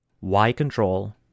Y-Control